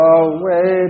away